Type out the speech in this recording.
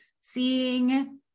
seeing